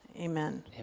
Amen